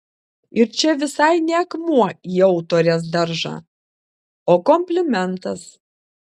ir čia visai ne akmuo į autorės daržą o komplimentas